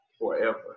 forever